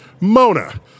Mona